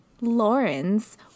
Lawrence